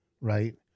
right